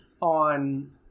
on